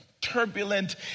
turbulent